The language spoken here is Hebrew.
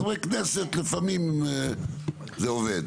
חברי כנסת לפעמים זה עובד.